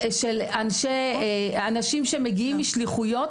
אני מכירה ילדים של אנשים שמגיעים משליחויות,